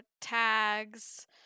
tags